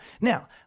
Now